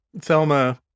Thelma